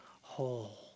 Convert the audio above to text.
whole